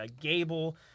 Gable